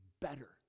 better